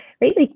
right